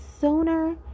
sooner